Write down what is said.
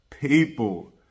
people